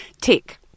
tick